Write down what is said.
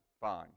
Fine